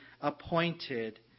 appointed